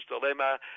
dilemma